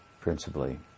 principally